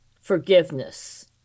forgiveness